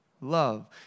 love